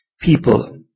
people